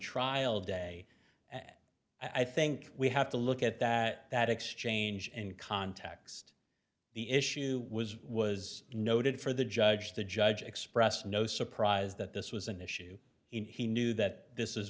trial day and i think we have to look at that exchange in context the issue was was noted for the judge the judge expressed no surprise that this was an issue he knew that this is